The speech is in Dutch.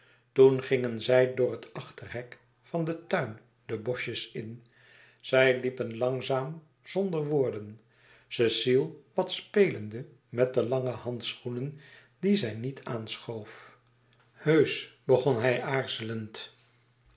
toen gingen zij door het achterhek van den tuin de boschjes in zij liepen langzaam zonder woorden cecile wat spelende met de lange handschoenen die zij niet aanschoof heusch begon hij aarzelend